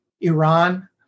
Iran